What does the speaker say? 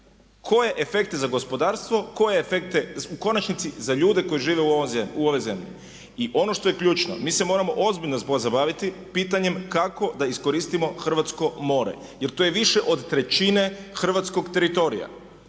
Koje efekte za gospodarstvo, koje efekte u konačnici za ljude koji žive u ovoj zemlji? I ono što je ključno, mi se moramo ozbiljno pozabaviti pitanjem kako da iskoristimo hrvatsko more jer to je više od trećine hrvatskog teritorija